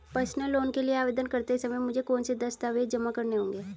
Personal loan के लिए आवेदन करते समय मुझे कौन से दस्तावेज़ जमा करने होंगे?